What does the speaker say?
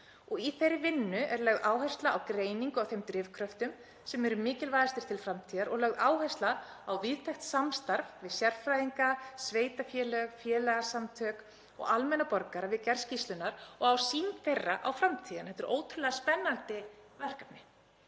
Í þeirri vinnu er lögð áhersla á greiningu á þeim drifkröftum sem eru mikilvægastir til framtíðar og lögð áhersla á víðtækt samstarf við sérfræðinga, sveitarfélög, félagasamtök og almenna borgara við gerð skýrslunnar og á sýn þeirra á framtíðina. Þetta er ótrúlega spennandi verkefni.